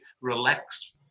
relax